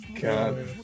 God